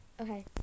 Okay